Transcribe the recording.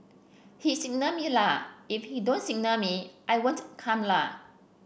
he signal me la if he don't signal me I won't come la